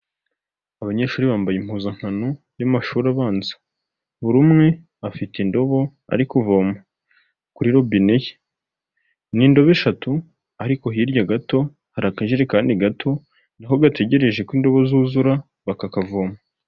Abanyeshuri bambaye impuzankano y'amashuri abanza. Buri umwe afite indobo ari kuvoma kuri robine ye. Ni indobo eshatu ariko hirya gato, hari akajerikani gato nako gategereje ko indobo zuzura bakakavoma.